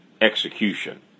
execution